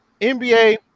NBA